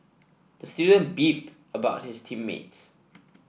the student beefed about his team mates